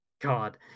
God